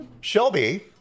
Shelby